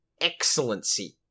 excellency